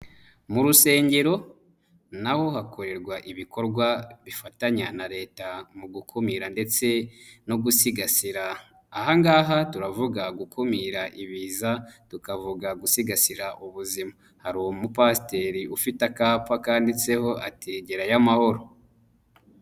Mu rusengero naho hakorerwa ibikorwa bifatanya na leta mu gukumira ndetse no gusigasira, ahangaha turavuga gukumira ibiza, tukavuga gusigasira ubuzima, hari umupasiteri ufite akapa kanditseho ati gerayo amahoro.